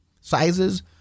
sizes